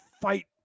fight